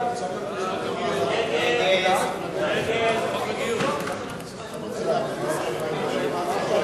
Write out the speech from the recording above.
הצעת סיעת חד"ש שלא להחיל דין רציפות על הצעת חוק